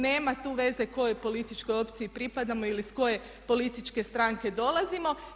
Nema tu veze kojoj političkoj opciji pripadamo ili iz koje političke stranke dolazimo.